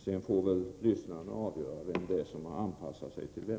Sedan får lyssnaren själv avgöra vem som har anpassat sig till vem.